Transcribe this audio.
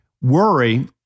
Worry